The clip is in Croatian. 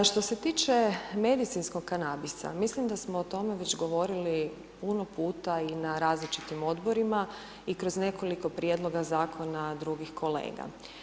Što se tiče medicinskog kanabisa, mislim da smo o tome već govorili puno puta i na različitim Odborima i kroz nekoliko prijedloga Zakona drugih kolega.